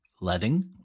letting